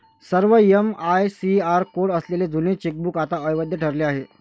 सर्व MICR code असलेले जुने चेकबुक आता अवैध ठरले आहे